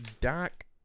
Doc